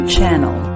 Channel